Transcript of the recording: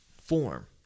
form